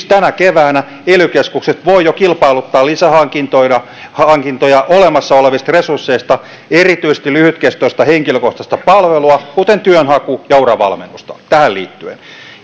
tänä keväänä ely keskukset voivat jo kilpailuttaa lisähankintoja lisähankintoja olemassa olevista resursseista erityisesti lyhytkestoista henkilökohtaista palvelua kuten työnhaku ja uravalmennusta tähän liittyen